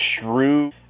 shrew